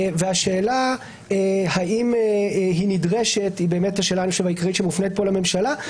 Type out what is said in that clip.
והשאלה האם היא נדרשת היא באמת השאלה העיקרית שמופנית פה לממשלה.